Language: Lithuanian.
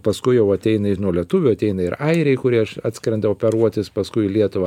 paskui jau ateina ir nuo lietuvių ateina ir airiai kurie atskrenda operuotis paskui į lietuvą